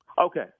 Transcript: Okay